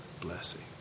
blessing